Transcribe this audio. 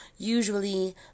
Usually